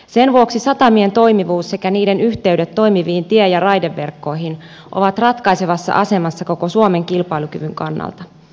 sen vuoksi satamien toimivuus sekä niiden yhteydet toimiviin tie ja raideverkkoihin ovat ratkaisevassa asemassa koko suomen kilpailukyvyn kannalta